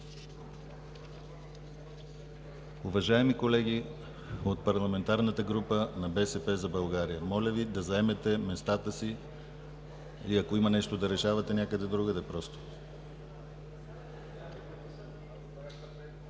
Уважаеми колеги от парламентарната група на „БСП за България“, моля Ви да заемете местата си и ако имате нещо да решавате, някъде другаде просто.